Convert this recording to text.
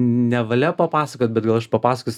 nevalia papasakot bet gal aš papasakosiu